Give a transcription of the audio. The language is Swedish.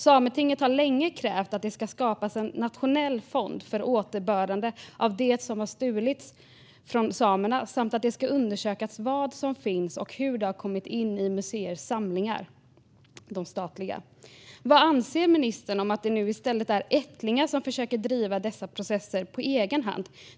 Sametinget har länge krävt att det skapas en nationell fond för återbördande av det som har stulits från samerna och att det ska undersökas vad som finns och hur det har kommit in i de statliga museernas samlingar. Vad anser ministern om att det nu i stället är ättlingar som försöker att driva dessa processer på egen hand?